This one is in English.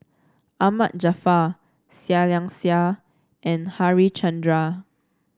Ahmad Jaafar Seah Liang Seah and Harichandra